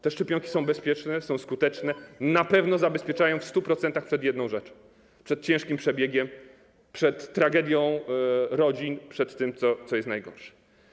Te szczepionki są bezpieczne, są skuteczne, na pewno zabezpieczają w 100% przed jedną rzeczą - przed ciężkim przebiegiem, przed tragedią rodzin, przed tym, co jest najgorsze.